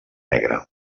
negra